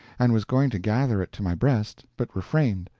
and was going to gather it to my breast. but refrained.